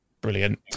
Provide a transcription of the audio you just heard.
brilliant